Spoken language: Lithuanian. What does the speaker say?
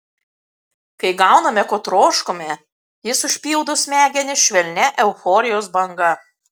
kai gauname ko troškome jis užpildo smegenis švelnia euforijos banga